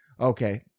Okay